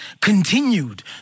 continued